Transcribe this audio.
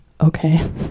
okay